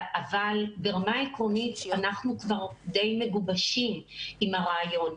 אבל ברמה העקרונית אנחנו כבר די מגובשים עם הרעיון.